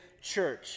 church